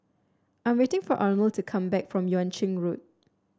I'm waiting for Arnold to come back from Yuan Ching Road